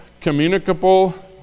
communicable